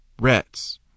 Rats